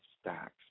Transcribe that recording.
stacks